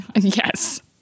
Yes